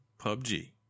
PUBG